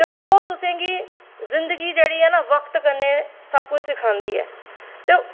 ते ओह् तुसेंगी जिंदगी जेह्ड़ी ऐ ना वक्त कन्नै सबकिश सखांदी ऐ ते